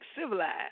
civilized